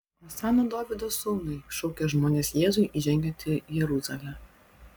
osana dovydo sūnui šaukė žmonės jėzui įžengiant į jeruzalę